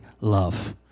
love